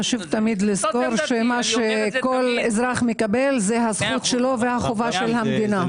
יש לזכור שמה שאזרח מקבל זה הזכות שלו וחובת המדינה.